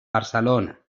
barcelona